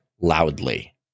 loudly